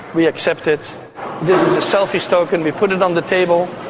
we accept it. this is a selfish token, we put it on the table.